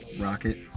Rocket